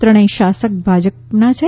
ત્રણેય શાસક ભાજપના છે